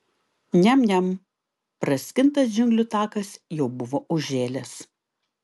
niam niam praskintas džiunglių takas jau buvo užžėlęs